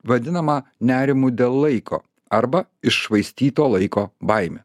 vadinama nerimu dėl laiko arba iššvaistyto laiko baime